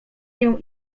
nią